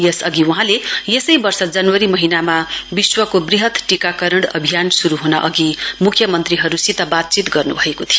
यसअघि वहाँले यसै वर्ष जनवरी महीनामा विश्वको बृहत टीकाकरण अभियान शुरु ह्न अघि मुख्यमन्त्रीहरुसित बातचीत गर्न्भएको थियो